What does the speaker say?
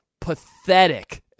pathetic